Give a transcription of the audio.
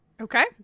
Okay